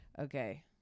Okay